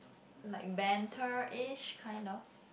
like banteris kind of